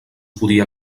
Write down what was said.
podia